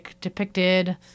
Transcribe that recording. depicted